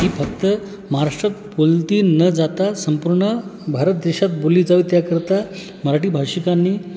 ही फक्त महाराष्ट्रात बोलती न जाता संपूर्ण भारत देशात बोलली जावी त्या करता मराठी भाषिकांनी